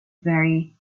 very